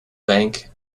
bank